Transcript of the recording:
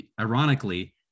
ironically